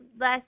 less